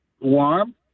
warm